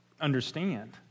understand